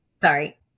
sorry